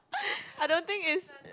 I don't think it's